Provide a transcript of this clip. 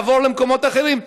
לעבור למקומות אחרים.